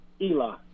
Eli